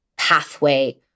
pathway